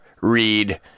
read